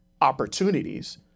opportunities